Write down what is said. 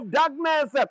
darkness